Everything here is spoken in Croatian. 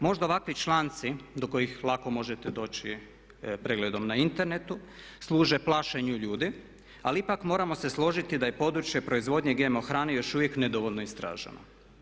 Možda ovakvih članci do kojih lako možete doći pregledom na internetu služe plašenju ljudi ali ipak moramo se složiti da je područje proizvodnje GMO hrane još uvijek nedovoljno istraženo.